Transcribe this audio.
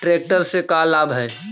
Tractor से का लाभ है?